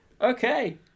okay